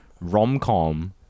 rom-com